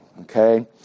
okay